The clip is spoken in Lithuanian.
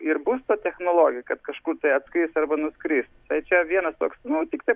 ir bus ta technologija kad kažkur tai atskris arba nuskris tai čia vienas toks nu tiktai